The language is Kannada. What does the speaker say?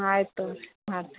ಆಯ್ತು ತೊಗೋಳ್ರಿ ಮಾಡ್ತೇನೆ